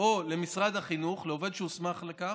או למשרד החינוך, לעובד שהוסמך לכך,